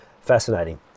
Fascinating